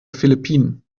philippinen